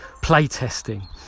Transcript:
playtesting